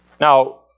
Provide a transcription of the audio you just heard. Now